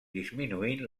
disminuint